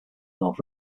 north